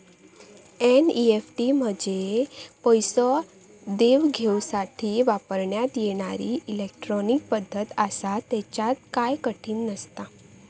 NEFT म्हंजे पैसो देवघेवसाठी वापरण्यात येणारी इलेट्रॉनिक पद्धत आसा, त्येच्यात काय कठीण नसता